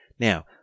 Now